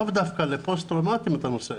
לאו דווקא לפוסט טראומטיים את הנושא,